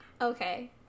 Okay